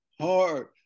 hard